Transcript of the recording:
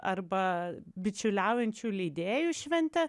arba bičiuliaujančių leidėjų šventė